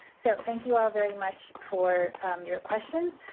so thank you all very much for your questions.